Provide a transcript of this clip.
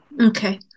okay